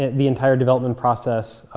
the entire development process,